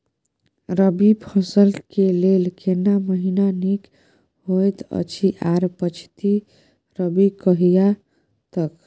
रबी फसल के लेल केना महीना नीक होयत अछि आर पछाति रबी कहिया तक?